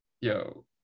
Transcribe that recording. Yo